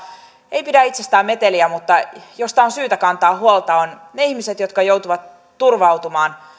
ei pidä itsestään meteliä mutta josta on syytä kantaa huolta ovat ne ihmiset jotka joutuvat turvautumaan